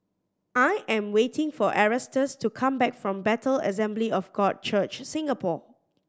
I am waiting for Erastus to come back from Bethel Assembly of God Church Singapore